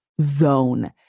.zone